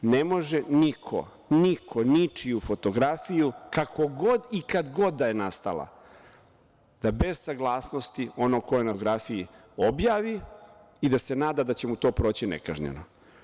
Ne može niko, niko ničiju fotografiju, kako god i kad god da je nastala, da bez saglasnosti onog ko je na fotografiji objavi i da se nada da će mu to proći nekažnjeno.